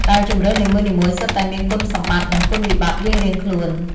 ដែលជម្រើសនីមួយៗសុទ្ធតែមានគុណសម្បត្តិ និងគុណវិបត្តិរៀងៗខ្លួន ។